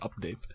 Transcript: update